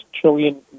trillion